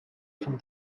from